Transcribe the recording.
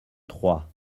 trois